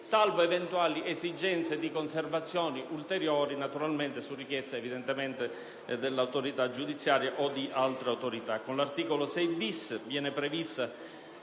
salvo eventuali esigenze di conservazione ulteriore (naturalmente su richiesta dell'autorità giudiziaria o di altra autorità).